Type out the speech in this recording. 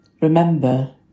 remember